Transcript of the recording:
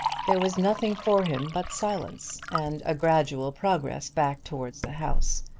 there was nothing for him but silence and a gradual progress back towards the house.